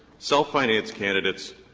self-financed candidates,